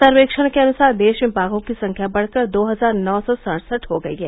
सर्वेक्षण के अनुसार देश में बाघों की संख्या बढ़कर दो हजार नौ सौ सड़सठ हो गई है